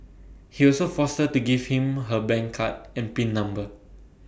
he also forced to give him her bank card and pin number